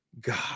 God